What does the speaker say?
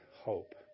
hope